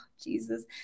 Jesus